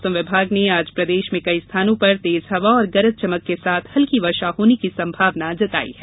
मौसम विभाग ने आज प्रदेश में कई स्थानों पर तेज हवा और गरज चमक के साथ हल्की वर्षा होने की संभावना है